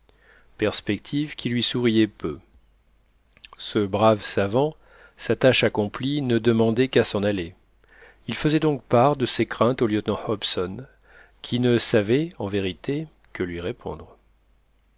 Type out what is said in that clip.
perspective qui lui souriait peu ce brave savant sa tâche accomplie ne demandait qu'à s'en aller il faisait donc part de ses craintes au lieutenant hobson qui ne savait en vérité que lui répondre